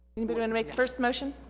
anybody gonna make the first motion?